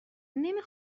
نمی